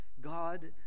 God